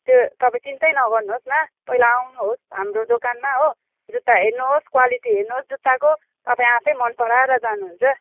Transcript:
त्यो तपाईँ चिन्तै न गर्नुहोस् न पहिला आउनुहोस् हाम्रो दोकानमा हो जुत्ता हेर्नुहोस् क्वालिटी हेर्नुहोस् जुत्ताको तपाईँ आफै मन पराएर जानुहुन्छ